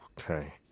Okay